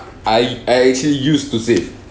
I I actually used to save